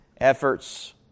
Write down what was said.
efforts